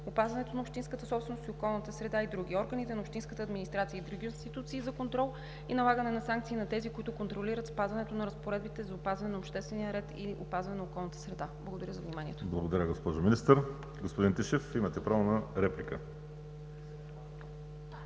опазването на общинската собственост, околната среда и други. Органите на общинската администрация и други институции за контрол и налагане на санкции са тези, които контролират спазването на разпоредбите за опазване на обществения ред и опазването на околната среда. Благодаря за вниманието. ПРЕДСЕДАТЕЛ ВАЛЕРИ СИМЕОНОВ: Благодаря, госпожо Министър. Господин Тишев, имате право на реплика.